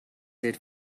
set